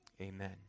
Amen